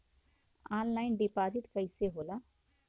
Online deposit कैसे होला?